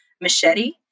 machete